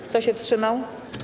Kto się wstrzymał?